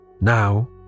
Now